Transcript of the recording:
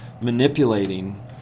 manipulating